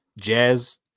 Jazz